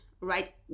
right